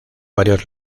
varios